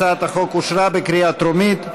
הצעת החוק אושרה בקריאה טרומית,